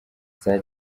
saa